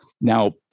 Now